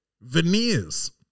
veneers